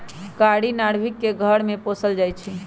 कारी नार्भिक के घर में पोशाल जाइ छइ